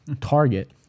target